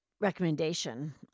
recommendation